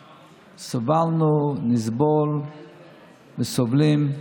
סבלנו, נסבול וסובלים.